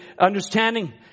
understanding